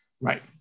Right